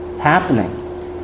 happening